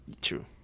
True